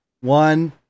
One